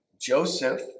Joseph